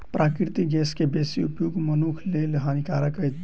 प्राकृतिक गैस के बेसी उपयोग मनुखक लेल हानिकारक अछि